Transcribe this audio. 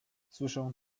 słyszę